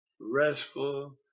restful